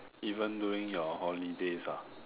even during your holidays ah